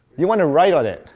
you want to write on it.